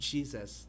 Jesus